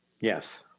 Yes